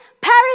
Paris